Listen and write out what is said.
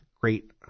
Great